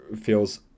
feels